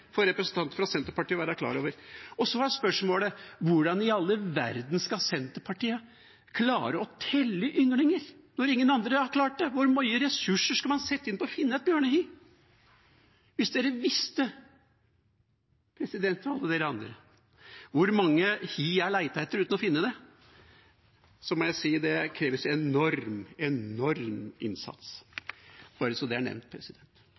for en representant fra Senterpartiet å være klar over. Så er spørsmålet: Hvordan i all verden skal Senterpartiet klare å telle ynglinger når ingen andre har klart det? Hvor mye ressurser skal man sette inn på å finne et bjørnehi? Hvis man visste hvor mange hi jeg har lett etter uten å finne dem! Det krever en enorm innsats, bare så det er nevnt. For å kunne føre ei dynamisk og føreseieleg forvaltning av rovvilt er